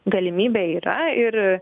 galimybė yra ir